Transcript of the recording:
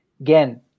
again